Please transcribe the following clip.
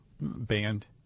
Band